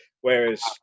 Whereas